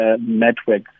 network